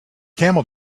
camel